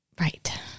Right